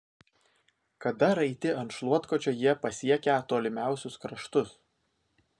kada raiti ant šluotkočio jie pasiekią tolimiausius kraštus